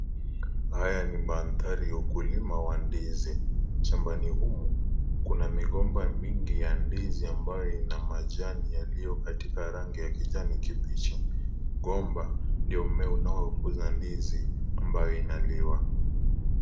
Haya ni maandhari ya ukulima wa ndizi. Shambani humo, kuna migomba mingi ya ndizi ambayo ina majani yaliyo katika rangi ya kijani kibichi. Gomba ndio mmea unaokuza ndizi ambayo inaliwa.